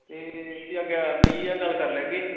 ते फ्ही अग्गें बेहियै गल्ल करी लैगे